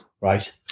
Right